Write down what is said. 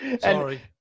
sorry